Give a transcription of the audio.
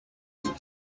sabia